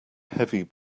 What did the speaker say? heavy